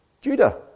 Judah